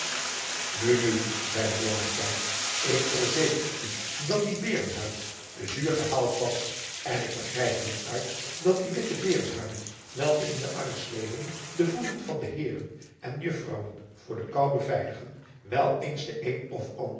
nu nu zeide blommesteyn ik verzeker u dat die beerenhuid zuur gehaald was en ik begrijp hieruit dat die witte beerenhuiden welke in de narresleden de voeten van de heeren en juffrouwen voor de koû beveiligen wel eens den een of ander